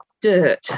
Dirt